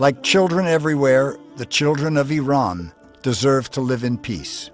like children everywhere the children of iran deserve to live in peace